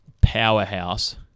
powerhouse